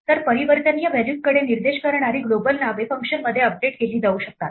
तर परिवर्तनीय व्हॅल्यूजकडे निर्देश करणारी ग्लोबल नावे फंक्शनमध्ये अपडेट केली जाऊ शकतात